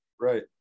Right